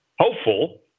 hopeful